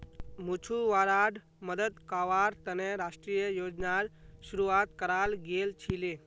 मछुवाराड मदद कावार तने राष्ट्रीय योजनार शुरुआत कराल गेल छीले